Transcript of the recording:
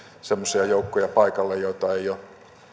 semmoisia joukkoja paikalle joita ei ole